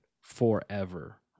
forever